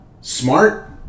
Smart